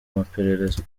amaperereza